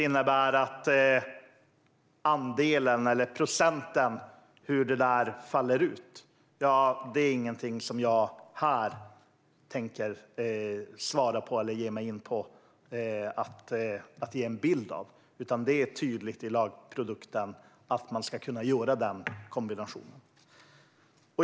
Hur andelen eller procenten faller ut är ingenting som jag tänker svara på här eller ge mig på en bild av, utan det är tydligt i lagprodukten att man ska kunna göra den kombinationen.